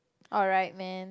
alright man